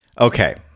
Okay